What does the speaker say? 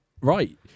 right